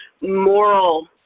Moral